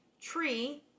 Tree